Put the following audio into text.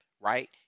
right